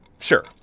Sure